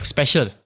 Special